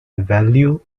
value